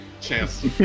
chance